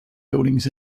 buildings